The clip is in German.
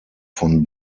von